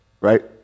Right